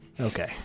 Okay